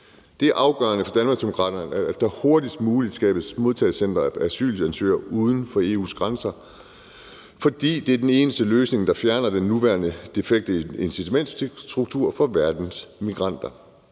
Det er afgørende for Danmarksdemokraterne, at der hurtigst muligt skabes modtagecentre for asylansøgere uden for EU's grænser, fordi det er den eneste løsning, der fjerner den nuværende defekte incitamentstruktur for verdens migranter.